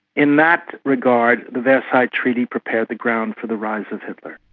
in that regard, the versailles treaty prepared the ground for the rise of hitler.